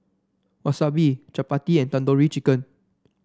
Wasabi Chapati and Tandoori Chicken